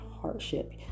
hardship